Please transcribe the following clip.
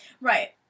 Right